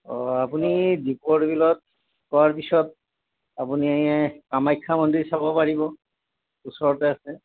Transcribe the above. অ' আপুনি দীপৰ বিলত পোৱাৰ পিছত আপুনি কামাখ্যা মন্দিৰ চাব পাৰিব ওচৰতে আছে